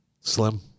Slim